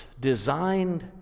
designed